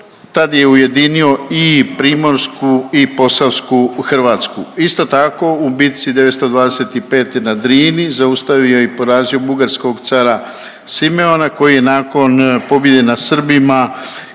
tad je ujedinio i primorsku i posavsku Hrvatsku. Isto tako u bitci 925. na Drini zaustavio je i porazio bugarskog cara Simeona koji je nakon pobjede na Srbima